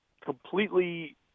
completely –